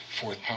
fourth